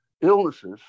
illnesses